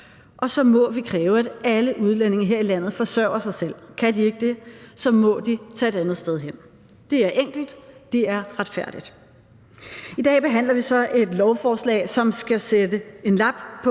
og så må vi kræve, at alle udlændinge her i landet forsørger sig selv. Kan de ikke det, må de tage et andet sted hen. Det er enkelt, og det er retfærdigt. I dag behandler vi så et lovforslag, som skal sætte en lap på